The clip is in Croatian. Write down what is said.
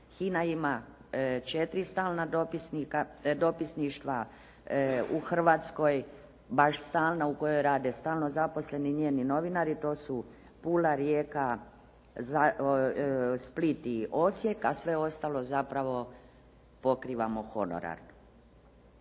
HINA ima četiri stalna dopisništva u Hrvatskoj baš stalna u kojoj rade stalno zaposleni njeni novinari, to su Pula, Rijeka, Split i Osijek a sve ostalo zapravo pokrivamo honorarno.